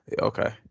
Okay